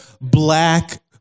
black